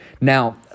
Now